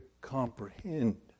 comprehend